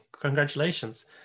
Congratulations